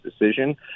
decision